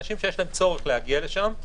אלא אנשים שיש להם צורך להגיע לשם,